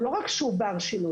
לא רק שהוא בר שינוי,